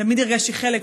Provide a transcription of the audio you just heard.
תמיד הרגשתי חלק,